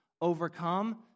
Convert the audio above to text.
overcome